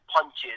punches